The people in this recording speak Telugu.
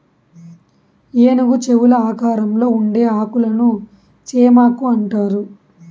ఏనుగు చెవుల ఆకారంలో ఉండే ఆకులను చేమాకు అంటారు